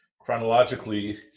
chronologically